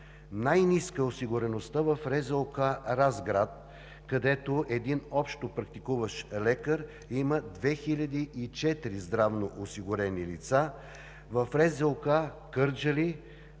Най-ниска е осигуреността в РЗОК – Разград, където един общопрактикуващ лекар има 2004 здравноосигурени лица; в РЗОК – Кърджали,